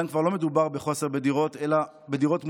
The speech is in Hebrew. כאן כבר לא מדובר בחוסר בדירות אלא בדירות מוזנחות,